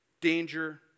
danger